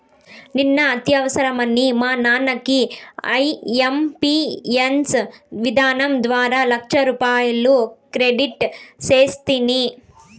నిన్న అత్యవసరమని మా నాన్నకి ఐఎంపియస్ విధానం ద్వారా లచ్చరూపాయలు క్రెడిట్ సేస్తిని